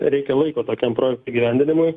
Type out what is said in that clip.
reikia laiko tokiam projekto įgyvendinimui